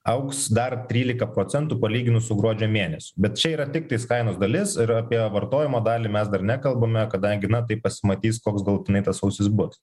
augs dar trylika procentų palyginus su gruodžio mėnesiu bet čia yra tiktais kainos dalis ir apie vartojimo dalį mes dar nekalbame kadangi na tai pasimatys koks galutinai tas sausis bus